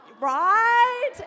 Right